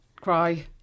cry